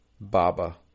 Baba